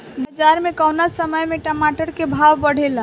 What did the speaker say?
बाजार मे कौना समय मे टमाटर के भाव बढ़ेले?